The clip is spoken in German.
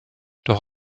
doch